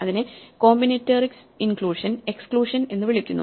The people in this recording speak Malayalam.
ഇതിനെ കോമ്പിനേറ്ററിക്സ് ഇൻക്ലൂഷൻ എക്സ്ക്ലൂഷൻ എന്ന് വിളിക്കുന്നു